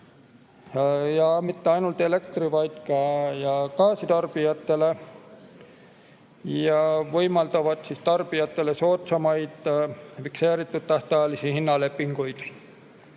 mitte ainult elektri-, vaid ka gaasitarbijatele, ja võimaldavad tarbijatele soodsamaid fikseeritud tähtajalisi hinnalepinguid.